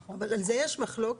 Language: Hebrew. כן, אבל על זה יש מחלוקת?